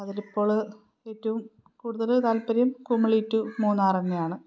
അതിലിപ്പോള് ഏറ്റവും കൂടുതല് താല്പര്യം കുമിളി ടു മൂന്നാര് തന്നെയാണ്